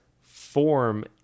form